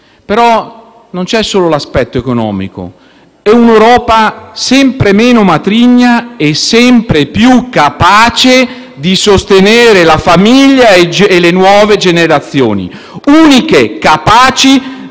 non c'è solo l'aspetto economico. È un'Europa sempre meno matrigna e sempre più capace di sostenere la famiglia e le nuove generazioni, le uniche capaci